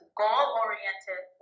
goal-oriented